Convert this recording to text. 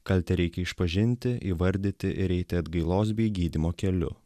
kaltę reikia išpažinti įvardyti ir eiti atgailos bei gydymo keliu